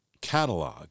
catalog